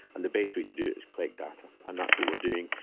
and the best way to do it is collect data, and that's what we are doing.